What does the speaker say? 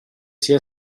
sia